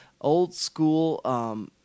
old-school